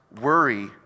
worry